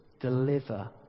deliver